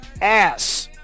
Ass